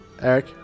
Eric